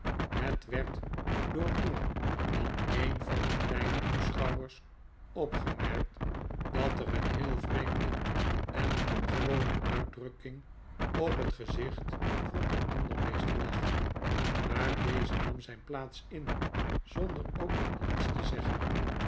het werd door meer dan een van de kleine toeschouwers opgemerkt dat er een heel vreemde en ongewone uitdrukking op het gezicht van den ondermeester lag maar deze nam zijn plaats in zonder ook maar iets te zeggen